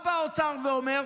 מה בא האוצר ואומר?